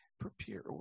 Prepare